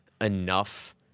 enough